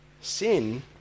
Sin